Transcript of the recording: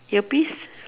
ear piece